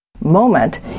moment